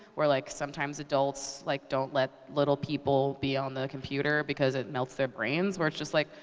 where like sometimes adults like don't let little people be on the computer because it melts their brains, where it's just like,